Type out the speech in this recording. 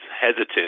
hesitant